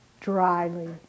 dryly